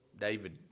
David